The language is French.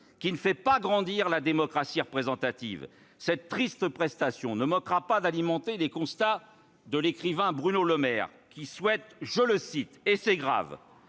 qui ne fait pas grandir la démocratie représentative ! Cette triste prestation ne manquera pas d'alimenter les constats de l'écrivain Bruno Le Maire, qui souhaite- et c'est grave